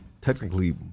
technically